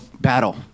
battle